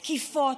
תקיפות,